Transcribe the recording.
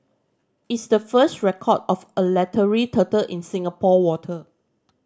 it's the first record of a leathery turtle in Singapore water